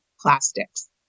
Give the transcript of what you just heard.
plastics